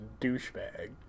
douchebag